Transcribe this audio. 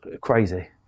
Crazy